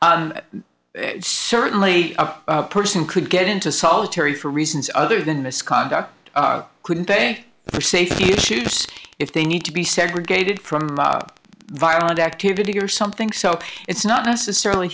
know certainly a person could get into solitary for reasons other than misconduct couldn't pay for safety issues if they need to be segregated from bob violent activity or something so it's not necessarily